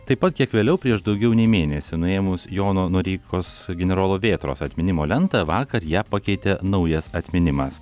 taip pat kiek vėliau prieš daugiau nei mėnesį nuėmus jono noreikos generolo vėtros atminimo lentą vakar ją pakeitė naujas atminimas